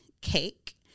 cake